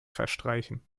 verstreichen